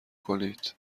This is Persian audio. کنید